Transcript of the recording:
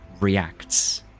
reacts